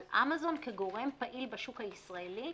אבל אמזון כגורם פעיל בשוק הישראלי,